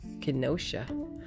Kenosha